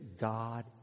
God